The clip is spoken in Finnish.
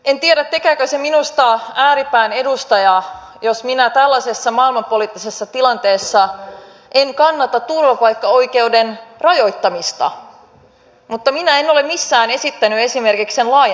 en tiedä tekeekö se minusta ääripään edustajaa jos minä tällaisessa maailmanpoliittisessa tilanteessa en kannata turvapaikkaoikeuden rajoittamista mutta minä en ole missään esittänyt esimerkiksi sen laajentamista